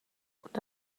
und